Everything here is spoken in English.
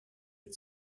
had